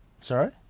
Sorry